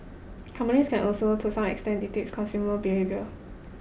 companies can also to some extent dictate consumer behaviour